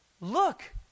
look